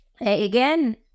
Again